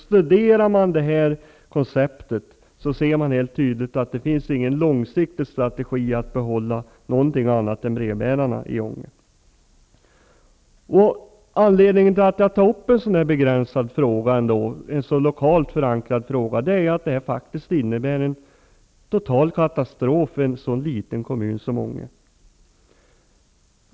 Studerar man konceptet ser man helt tydligt att det inte finns någon långsiktig strategi att behålla någonting annat än brevbärarna i Ånge. Anledningen till att jag tar upp en så begränsad och lokalt förankrad fråga är att det faktiskt innebär en total katastrof i en så liten kommun som Ånge.